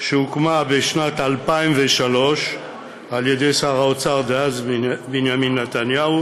שהוקמה בשנת 2003 על-ידי שר האוצר דאז בנימין נתניהו,